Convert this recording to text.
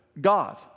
God